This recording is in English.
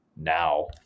now